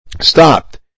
stopped